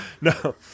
No